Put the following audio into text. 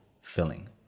filling